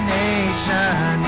nation